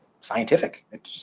scientific